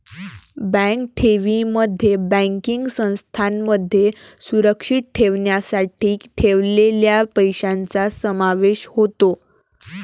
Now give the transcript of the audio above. bank ठेवींमध्ये banking संस्थांमध्ये सुरक्षित ठेवण्यासाठी ठेवलेल्या पैशांचा समावेश होतो